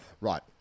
Right